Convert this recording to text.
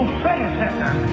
predecessor